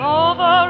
over